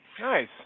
Nice